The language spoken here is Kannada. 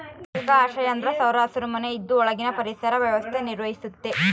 ಜೈವಿಕ ಆಶ್ರಯ ಅಂದ್ರ ಸೌರ ಹಸಿರುಮನೆ ಇದು ಒಳಗಿನ ಪರಿಸರ ವ್ಯವಸ್ಥೆ ನಿರ್ವಹಿಸ್ತತೆ